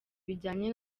bijyanye